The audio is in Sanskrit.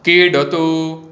कीडतु